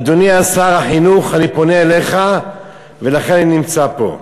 אדוני שר החינוך, אני פונה אליך ולכן אני נמצא פה.